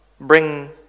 bring